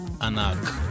Anak